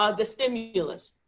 ah the stimulus.